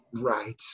Right